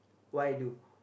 why do